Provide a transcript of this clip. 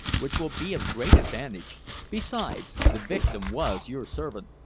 which will be of great advantage besides, the victim was your servant.